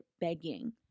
begging